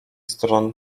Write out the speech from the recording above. stron